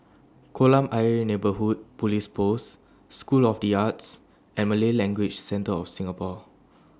Kolam Ayer Neighbourhood Police Post School of The Arts and Malay Language Centre of Singapore